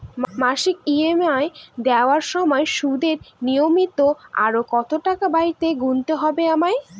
মাসিক ই.এম.আই দেওয়ার সময়ে সুদের নিমিত্ত আরো কতটাকা বাড়তি গুণতে হবে আমায়?